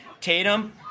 Tatum